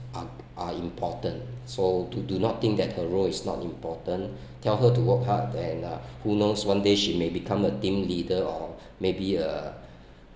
a~ are important so do do not think that her role is not important tell her to work hard and uh who knows one day she may become a team leader or maybe a